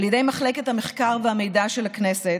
על ידי מחלקת המחקר והמידע של הכנסת,